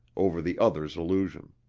over the other's illusion.